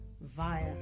via